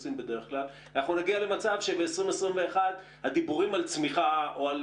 אנחנו נגיע למצב שבשנת 2021 הדיבורים על צמיחה או על